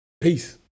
Peace